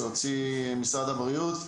שהוציא משרד הבריאות,